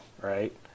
right